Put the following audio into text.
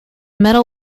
medal